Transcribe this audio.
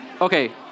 okay